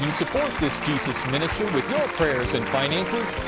support this jesus ministry with your prayers and finances,